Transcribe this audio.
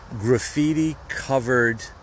graffiti-covered